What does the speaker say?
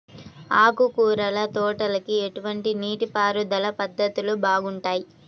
ఆకుకూరల తోటలకి ఎటువంటి నీటిపారుదల పద్ధతులు బాగుంటాయ్?